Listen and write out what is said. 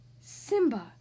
Simba